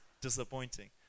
disappointing